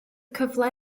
cyfle